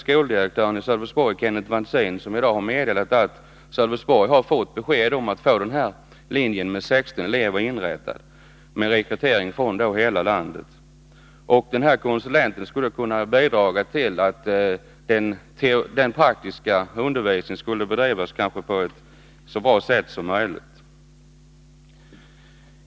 Skoldirektören i Sölvesborg, Kenneth Wantzin, har i dag meddelat mig att Sölvesborg fått besked om att en sådan utbildningslinje med 16 elever skall inrättas med rekrytering från hela landet. Den av mig föreslagne konsulenten skulle kunna bidra till att den praktiska undervisningen på denna linje får en så god utformning som möjligt.